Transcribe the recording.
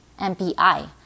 MPI